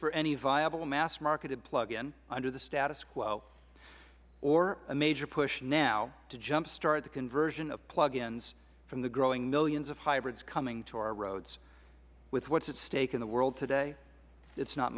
for any viable mass marketed plug in under the status quo or a major push now to jump start the conversion of plug ins from the growing millions of hybrids coming to our roads with what is at stake in the world today it is not